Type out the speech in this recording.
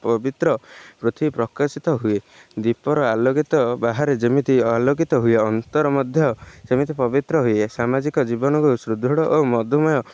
ପବିତ୍ର ପୃଥିବୀ ପ୍ରକାଶିତ ହୁଏ ଦୀପର ଆଲୋକିତ ବାହାରେ ଯେମିତି ଆଲୋକିତ ହୁଏ ଅନ୍ତର ମଧ୍ୟ ସେମିତି ପବିତ୍ର ହୁଏ ସାମାଜିକ ଜୀବନକୁ ସୁୃଦୃଢ଼ ଓ ମଧୁମେୟ